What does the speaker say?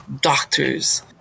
doctors